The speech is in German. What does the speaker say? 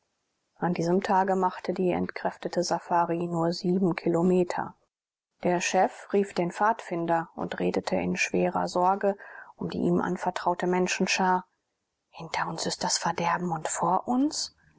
an diesem tage machte die entkräftete safari nur sieben kilometer der chef rief den pfadfinder und redete in schwerer sorge um die ihm anvertraute menschenschar hinter uns ist das verderben und vor uns